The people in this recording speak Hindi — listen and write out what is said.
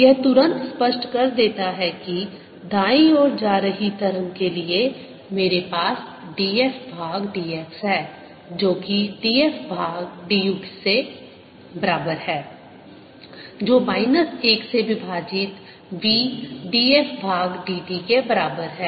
यह तुरंत स्पष्ट कर देता है कि दाईं ओर जा रही तरंग के लिए मेरे पास df भाग dx है जो कि df भाग du के बराबर है जो माइनस 1 से विभाजित v df भाग dt के बराबर है